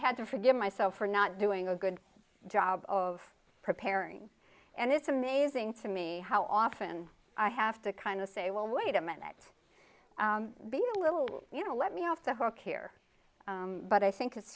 had to forgive myself for not doing a good job of preparing and it's amazing to me how often i have to kind of say well wait a minute be a little you know let me off the hook here but i think i